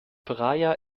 praia